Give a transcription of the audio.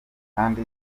kandi